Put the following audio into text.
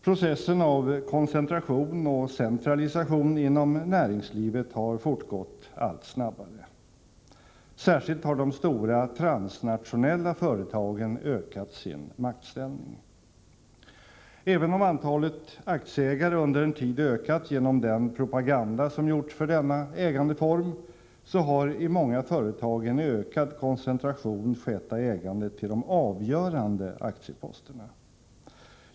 Processen av koncentration och centralisation inom näringslivet har fortgått allt snabbare. Särskilt de stora transnationella företagen har ökat sin maktställning. Även om antalet aktieägare under en tid ökat genom den propaganda som gjorts för denna ägandeform, har det i många företag skett en ökad koncentration av ägandet till de avgörande aktieposterna.